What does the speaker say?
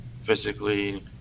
Physically